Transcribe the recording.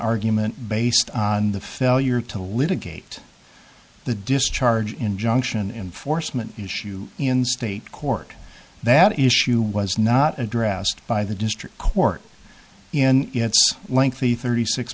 argument based on the failure to litigate the discharge injunction in foresman issue in state court that issue was not addressed by the district court in its lengthy thirty six